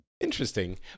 Interesting